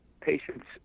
patients